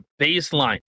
baseline